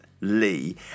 Lee